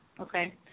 okay